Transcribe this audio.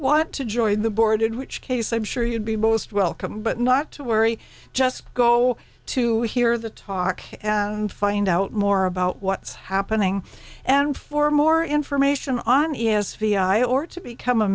want to join the board in which case i'm sure you'd be most welcome but not to worry just go to hear the talk and find out more about what's happening and for more information on e s p i or to become a